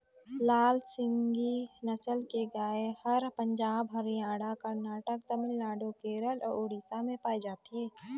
लाल सिंघी नसल के गाय हर पंजाब, हरियाणा, करनाटक, तमिलनाडु, केरल अउ उड़ीसा में पाए जाथे